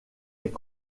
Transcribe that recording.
est